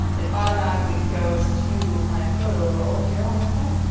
it automatically goes to my photo roll here, on my phone.